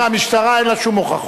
הוא אומר: המשטרה אין לה שום הוכחות.